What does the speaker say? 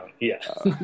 Yes